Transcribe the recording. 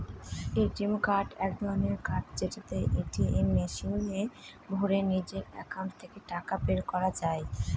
ATM card এক ধরনের card যেটাকে এটিএম মেশিনে ভোরে নিজের একাউন্ট থেকে টাকা বের করা যায়